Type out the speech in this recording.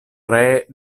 ree